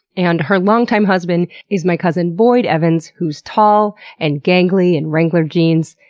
and her long-time husband is my cousin boyd evans who's tall and gangly in wrangler jeans.